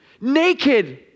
Naked